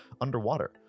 underwater